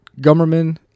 Gummerman